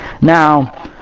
Now